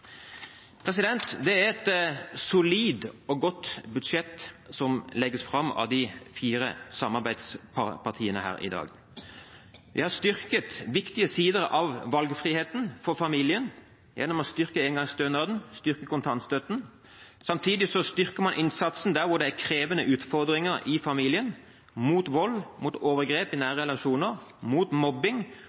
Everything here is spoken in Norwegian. Det er et solid og godt budsjett som legges fram av de fire samarbeidspartiene her i dag. Vi har styrket viktige sider av valgfriheten for familiene gjennom å styrke engangsstønaden og kontantstøtten. Samtidig styrker vi innsatsen der det er krevende utfordringer i familien, mot vold og overgrep i nære relasjoner og mot mobbing,